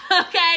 okay